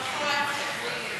ההצעה להעביר את הצעת חוק התכנון